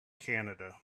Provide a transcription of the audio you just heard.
canada